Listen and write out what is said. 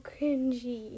cringy